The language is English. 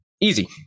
Easy